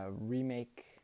remake